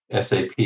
SAP